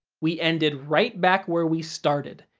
we ended right back where we started,